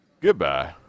goodbye